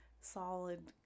solid